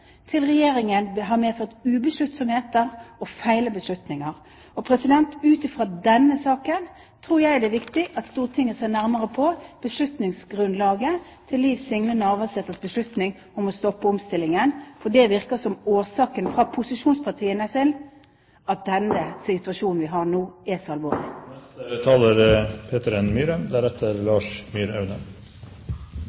til Regjeringen har medført ubesluttsomhet og feil beslutninger. Ut fra denne saken tror jeg det er viktig at Stortinget ser nærmere på grunnlaget for Liv Signe Navarsetes beslutning om å stoppe omstillingen, for dét virker som årsaken – fra posisjonspartiene selv – til at den situasjonen vi nå har,